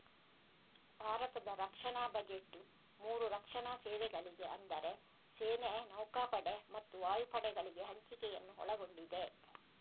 ಭಾರತದ ರಕ್ಷಣಾ ಬಜೆಟ್ ಮೂರು ರಕ್ಷಣಾ ಸೇವೆಗಳಿಗೆ ಅಂದರೆ ಸೇನೆ, ನೌಕಾಪಡೆ ಮತ್ತು ವಾಯುಪಡೆಗಳಿಗೆ ಹಂಚಿಕೆಯನ್ನು ಒಳಗೊಂಡಿದೆ